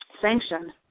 sanction